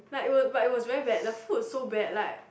like was but was very bad the food so bad like